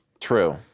True